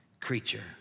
creature